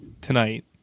tonight